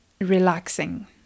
relaxing